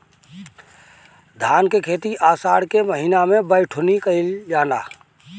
धान के खेती आषाढ़ के महीना में बइठुअनी कइल जाला?